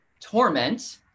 torment